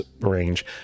range